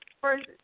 first